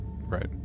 Right